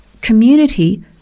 community